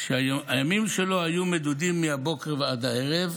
שהימים שלו היו מדודים מהבוקר ועד הערב: